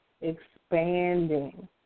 expanding